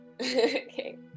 Okay